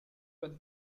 with